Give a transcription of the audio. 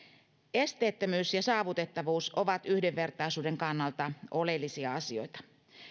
esteettömyys ja saavutettavuus ovat yhdenvertaisuuden kannalta oleellisia asioita